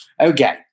Okay